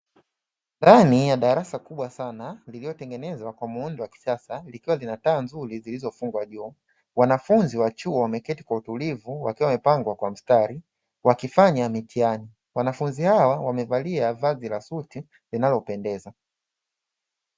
Ndani ya darasa kubwa sana iliyotengenezwa kwa muundo wa kisasa ikiwa lina taa nzuri zilizofungwa juu, wanafunzi wa chuo wameketi kwa utulivu wakiwa wamepangwa kwa mstari wakifanya mitihani. Wanafunzi hawa wamevalia vazi la suti linalopendeza.